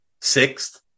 sixth